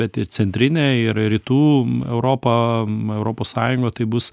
bet ir centrinė ir rytų europa europos sąjunga tai bus